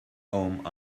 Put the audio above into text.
home